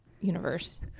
universe